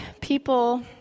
people